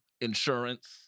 Insurance